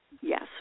Yes